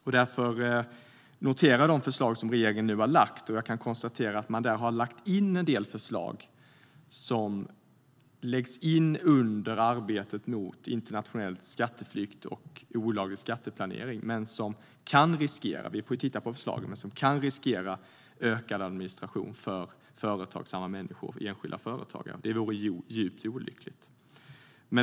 Jag noterar att regeringen har lagt fram en del förslag i arbetet mot internationell skatteflykt och olaglig skatteplanering som riskerar att ge ökad administration för enskilda företagare. Det vore djupt olyckligt.